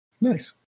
Nice